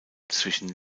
zwischen